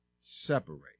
separate